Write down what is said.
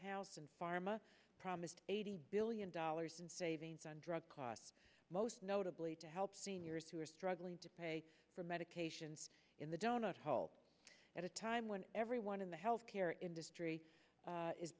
pharma promised eighty billion dollars in savings on drug costs most notably to help seniors who are struggling to pay for medications in the donut hole at a time when everyone in the health care industry